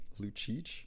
lucic